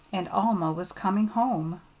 and alma was coming home.